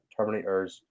Terminators